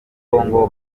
congo